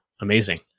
amazing